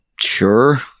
Sure